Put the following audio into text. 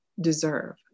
deserve